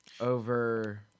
over